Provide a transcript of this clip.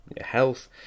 health